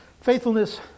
faithfulness